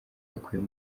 bakuye